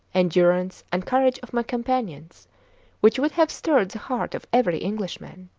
endurance, and courage of my companions which would have stirred the heart of every englishman.